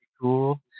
cool